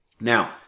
Now